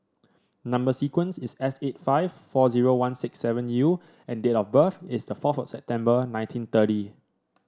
number sequence is S eight five four zero one six seven U and date of birth is forth of September nineteen thirty